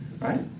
Right